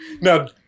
Now